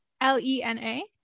L-E-N-A